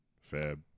Fab